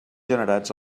generats